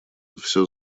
всё